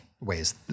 ways